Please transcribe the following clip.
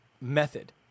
method